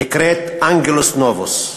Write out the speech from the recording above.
הנקראת 'אנגלוס נובוס'.